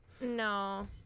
No